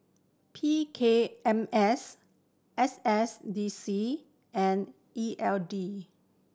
P K M S S S D C and E L D